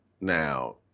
Now